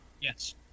Yes